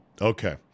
Okay